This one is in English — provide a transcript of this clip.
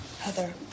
Heather